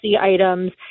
items